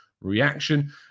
reaction